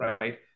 right